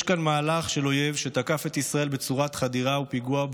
יש כאן מהלך של אויב שתקף את ישראל בצורת חדירה ופיגוע.